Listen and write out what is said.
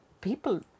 people